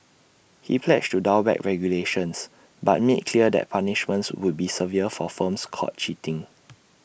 he pledged to dial back regulations but made clear that punishments would be severe for firms caught cheating